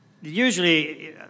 Usually